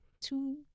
two